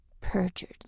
perjured